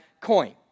coin